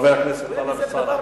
חבר הכנסת טלב אלסאנע,